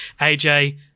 AJ